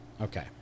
Okay